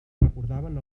recordaven